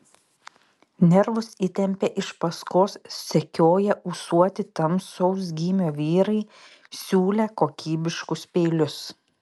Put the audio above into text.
nervus įtempė iš paskos sekioję ūsuoti tamsaus gymio vyrai siūlę kokybiškus peilius